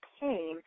pain